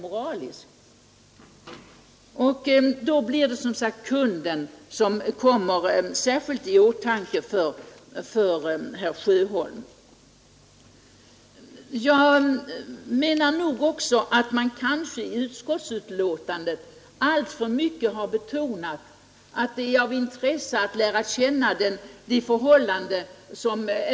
Och då blir det som sagt kunden som särskilt kommer i åtanke för herr Sjöholm. Jag menar att man också i utskottsbetänkandet alltför mycket har betonat att det är av intresse att lära känna de prostituerade.